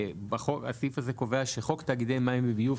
הסעיף הזה קובע שחוק תאגידי מים וביוב,